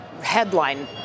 headline